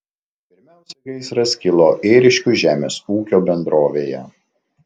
pirmiausia gaisras kilo ėriškių žemės ūkio bendrovėje